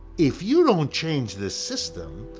if you don't change the system,